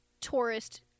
tourist